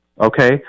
Okay